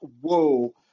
whoa